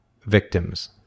victims